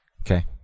okay